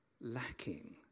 lacking